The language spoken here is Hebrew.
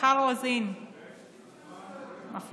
מיכל רוזין, את מפריעה.